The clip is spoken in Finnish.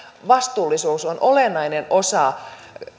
vastuullisuus on olennainen osa